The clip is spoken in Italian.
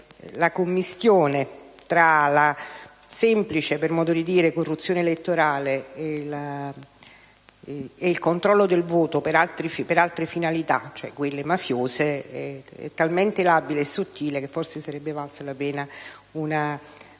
la commistione tra la semplice - per modo di dire - corruzione elettorale e il controllo del voto per altre finalità (cioè quelle mafiose) è talmente labile e sottile che forse sarebbe valsa la pena di